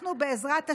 אנחנו, בעזרת השם,